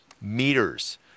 Meters